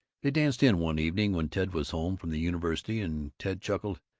they danced in one evening when ted was home from the university, and ted chuckled,